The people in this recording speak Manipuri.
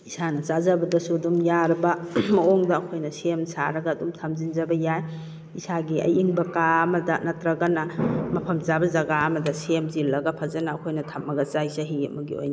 ꯏꯁꯥꯅ ꯆꯥꯖꯕꯗꯁꯨ ꯑꯗꯨꯝ ꯌꯥꯔꯕ ꯃꯑꯣꯡꯗ ꯑꯩꯈꯣꯏꯅ ꯁꯦꯝ ꯁꯥꯔꯒ ꯑꯗꯨꯝ ꯊꯝꯖꯤꯟꯖꯕ ꯌꯥꯏ ꯏꯁꯥꯒꯤ ꯑꯏꯪꯕ ꯀꯥ ꯑꯃꯗ ꯅꯠꯇ꯭ꯔꯒꯅ ꯃꯐꯝ ꯆꯥꯕ ꯖꯒꯥ ꯑꯃꯗ ꯁꯦꯝꯖꯤꯜꯂꯒ ꯐꯖꯟꯅ ꯑꯩꯈꯣꯏꯅ ꯊꯝꯃꯒ ꯆꯥꯏ ꯆꯍꯤ ꯑꯃꯒꯤ ꯑꯣꯏꯅ